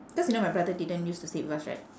cause you know my brother didn't use to stay with us right